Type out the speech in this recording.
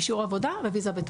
אישור עבודה וויזה בתוקף.